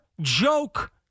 joke